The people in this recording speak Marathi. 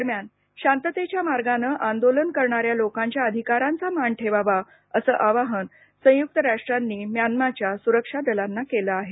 दरम्यान शांततेच्या मार्गानं आंदोलन करणाऱ्या लोकांच्या अधिकारांचा मान ठेवावा असं आवाहन संयुक्त राष्ट्रांनी म्यान्माच्या सुरक्षा दलांना केलं आहे